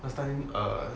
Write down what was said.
last time ah